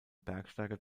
bergsteiger